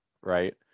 right